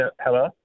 Hello